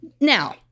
Now